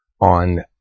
on